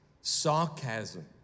sarcasm